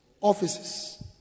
offices